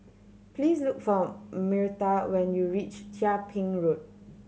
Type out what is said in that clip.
please look for Myrta when you reach Chia Ping Road